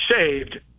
saved